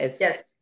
Yes